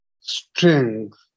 strength